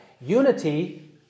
Unity